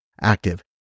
active